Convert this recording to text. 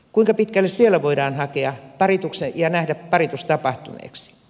kuinka pitkälle siellä voidaan nähdä paritus tapahtuneeksi